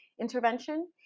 intervention